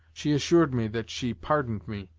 she assured me that she pardoned me,